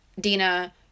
Dina